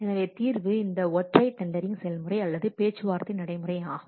எனவே தீர்வு இந்த ஒற்றை டெண்டரிங் செயல்முறை அல்லது பேச்சுவார்த்தை நடைமுறை ஆகும்